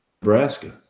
Nebraska